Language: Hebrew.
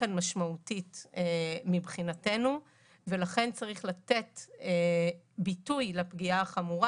משמעותית מבחינתנו ולכן צריך לתת ביטוי לפגיעה החמורה.